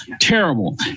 Terrible